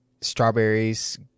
Strawberries